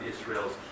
Israel's